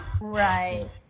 Right